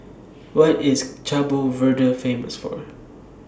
What IS Cabo Verde Famous For